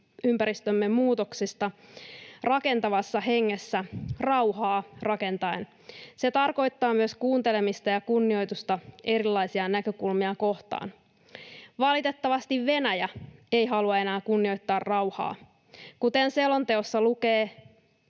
turvallisuusympäristömme muutoksista rakentavassa hengessä rauhaa rakentaen. Se tarkoittaa myös kuuntelemista ja kunnioitusta erilaisia näkökulmia kohtaan. Valitettavasti Venäjä ei halua enää kunnioittaa rauhaa. Kuten selonteossa lukee,